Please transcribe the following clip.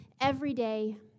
everyday